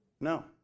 No